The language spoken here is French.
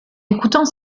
écoutant